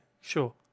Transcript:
sure